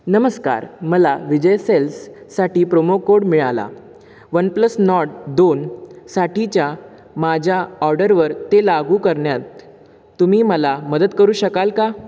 नमस्कार मला विजयसेल्ससाठी प्रोमो कोड मिळाला वन प्लस नॉड दोनसाठीच्या माझ्या ऑर्डरवर ते लागू करण्यात तुम्ही मला मदत करू शकाल का